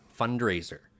fundraiser